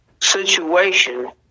situation